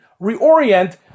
reorient